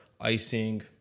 icing